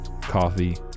coffee